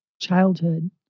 childhood